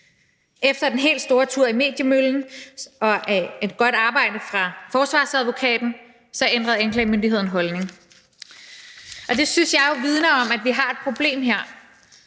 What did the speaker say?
Efter den helt store tur i mediemøllen og efter et godt arbejde af forsvarsadvokaten ændrede anklagemyndigheden holdning. Og det synes jeg jo vidner om, at vi har et problem her